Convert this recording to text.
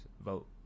vote